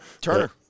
Turner